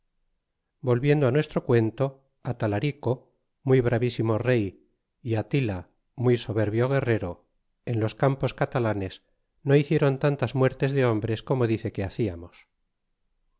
volviendo á nuestro cuento atalarico muy brevísimo rey y atila muy soberbio guerrero en los campos catalanes no hicieron tantas muertes de hombres como dice que hacíamos